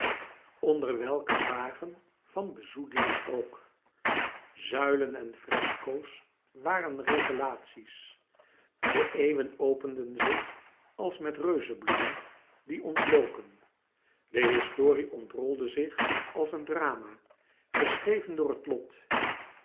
onder welke vagen van bezoedeling ook zuilen en fresco's waren revelatie's de eeuwen openden zich als met reuzenbloemen die ontloken de historie ontrolde zich als een drama geschreven door het lot